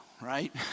Right